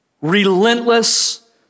relentless